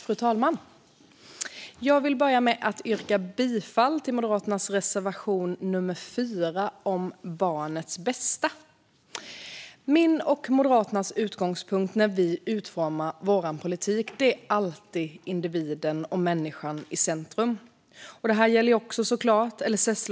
Fru talman! Jag vill börja med att yrka bifall till Moderaternas reservation nummer 4 om barnets bästa. Min och Moderaternas utgångspunkt när vi utformar vår politik är alltid att individen och människan ska vara i centrum. Det gäller såklart också LSS